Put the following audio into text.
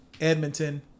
Edmonton